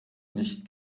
nicht